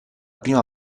prima